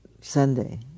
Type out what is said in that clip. Sunday